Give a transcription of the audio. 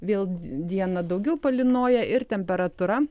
vėl dieną daugiau palynoja ir temperatūra